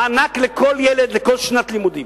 מענק לכל ילד לכל שנת לימודים.